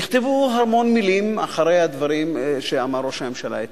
נכתבו המון מלים אחרי הדברים שאמר ראש הממשלה אתמול,